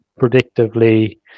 predictively